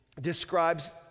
describes